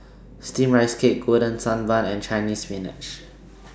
Steamed Rice Cake Golden Sand Bun and Chinese Spinach